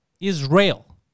Israel